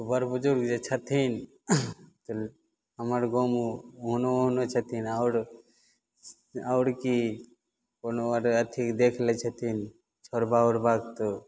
बर बुजुर्ग जे छथिन हमर गाँवमे ओहनो ओहनो छथिन आओर आओर की कोनो आओर अथी देख लै छथिन छौरबा उरबाके तऽ